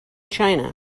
china